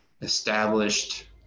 established